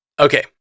Okay